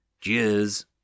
Cheers